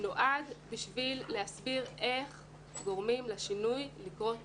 נועד כדי להסביר איך גורמים לשינוי לקרות בפועל.